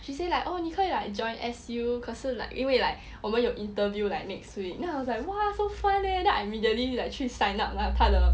she say like oh 你可以 like join S_U 可是 like 因为 like 我们有 interview like next week then I was like !wah! so fun leh then I immediately like 去 sign up lah 他的